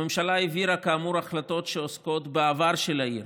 הממשלה העבירה כאמור החלטות שעוסקות בעבר של העיר,